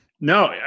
No